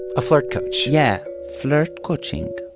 a flirt coach yeah, flirt coaching.